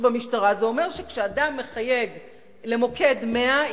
זה אומר שכשאדם מחייג למוקד 100,